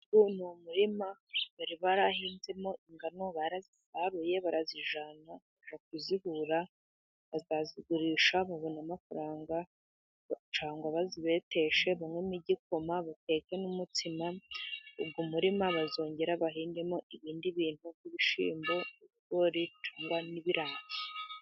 Uyu ni umurima， bari barahinzemo ingano， barazisaruye barazijyana，bajya kuzihura， bazazigurisha babona amafaranga， cyangwa bazibeteshe babonemo igikoma， bateke n'umutsima. Uwo muririma bazongera bahingemo ibindi bintu，nk'ibishyimbo, ibigori，cyangwa n'ibirayi.